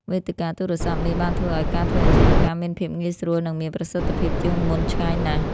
វេទិកាទូរស័ព្ទនេះបានធ្វើឲ្យការធ្វើអាជីវកម្មមានភាពងាយស្រួល និងមានប្រសិទ្ធភាពជាងមុនឆ្ងាយណាស់។